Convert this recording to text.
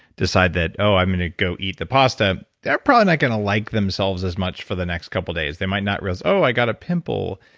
decide that, oh, i'm going to go eat the pasta, they're probably not going to like themselves as much for the next couple days. they might not, oh, i got a pimple,